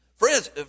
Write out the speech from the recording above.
Friends